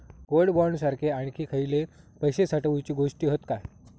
Gold bond सारखे आणखी खयले पैशे साठवूचे गोष्टी हत काय?